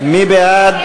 מי בעד?